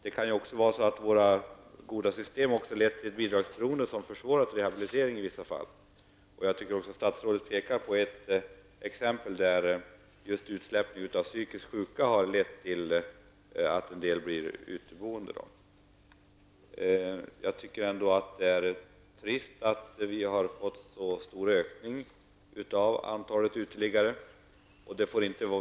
Det kan också vara så att våra goda system även lett till ett bidragsberoende som i vissa fall försvårat rehabilitering. Statsrådet pekar i sitt svar också på att utsläppning av psykiskt sjuka har lett till att en del blir uteboende. Jag tycker att det är trist att vi fått en så stor ökning av antalet uteliggare.